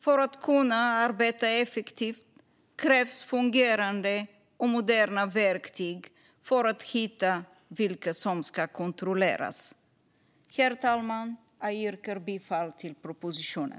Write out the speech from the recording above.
För att kunna arbeta effektivt krävs fungerande och moderna verktyg för att hitta vilka som ska kontrolleras. Herr talman! Jag yrkar bifall till propositionen.